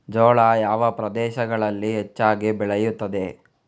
ಜೋಳ ಯಾವ ಪ್ರದೇಶಗಳಲ್ಲಿ ಹೆಚ್ಚಾಗಿ ಬೆಳೆಯುತ್ತದೆ?